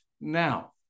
now